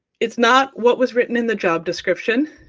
it's not what was written in the job description,